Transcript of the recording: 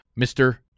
Mr